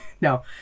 no